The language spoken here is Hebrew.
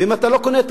ואם אתה לא קונה,